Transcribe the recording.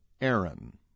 Aaron